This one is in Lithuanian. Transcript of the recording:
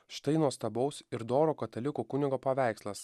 štai nuostabaus ir doro katalikų kunigo paveikslas